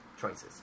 choices